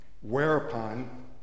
whereupon